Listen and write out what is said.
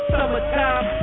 Summertime